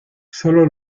sólo